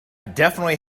definitely